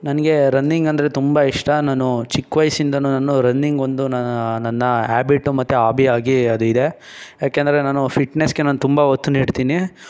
ನನಗೆ ರನ್ನಿಂಗಂದರೆ ತುಂಬ ಇಷ್ಟ ನಾನು ಚಿಕ್ಕ ವಯಸ್ಸಿಂದನೂ ನಾನು ರನ್ನಿಂಗೊಂದು ನನ್ನ ಹ್ಯಾಬಿಟ್ಟು ಮತ್ತು ಆಬಿಯಾಗಿ ಅದು ಇದೆ ಯಾಕೆಂದರೆ ನಾನು ಫಿಟ್ನೆಸ್ಗೆ ನಾನು ತುಂಬ ಒತ್ತು ನೀಡ್ತೀನಿ